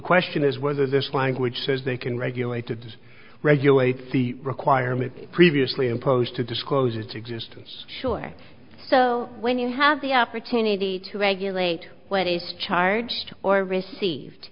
question is whether this language says they can regulated regulate the requirement previously imposed to disclose its existence sure so when you have the opportunity to regulate what is charged or received